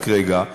רק רגע.